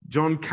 John